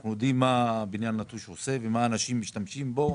אנחנו יודעים מה בניין נטוש עושה ולמה אנשים משתמשים בו.